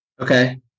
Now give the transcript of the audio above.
Okay